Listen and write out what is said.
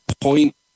point